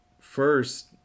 first